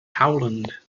howland